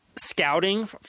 scouting